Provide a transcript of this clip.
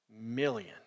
million